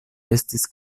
estis